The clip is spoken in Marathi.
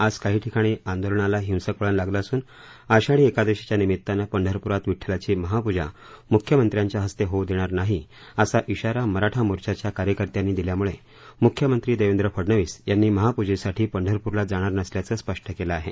आज काही ठिकाणी आंदोलनाला हिंसक वळण लागलं असून आषाढी एकादशीच्या निमित्तानं पंढरपुरात विठ्ठलाची महापूजा मुख्यमंत्र्यांच्या हस्ते होऊ देणार नाही असा खाारा मराठा मोर्चाच्या कार्यकर्त्यांनी दिल्यामुळे मुख्यमंत्री देवेंद्र फडनीस यांनी महापूजेसाठी पंढरपूरला जाणार नसल्याचं स्पष्ट केलं आहे